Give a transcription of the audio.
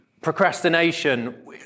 procrastination